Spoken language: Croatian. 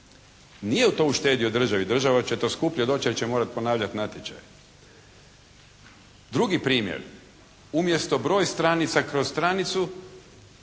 Nije to uštedio državi, državu će to skuplje doći jer će morati ponavljati natječaje. Drugi primjer. Umjesto broj stranica kroz stranicu